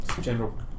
General